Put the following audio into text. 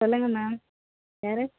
சொல்லுங்கள் மேம் யார்